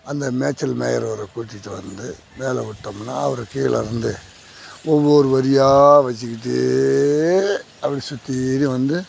அந்த மேய்ச்சல் மேய்யிறவரை கூட்டிகிட்டு வந்து மேலே விட்டோம்னால் அவர் கீழே வந்து ஒவ்வொரு வரியாக வச்சுக்கிட்டே அப்படி சுத்தீரியும் வந்து